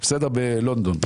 בלונדון,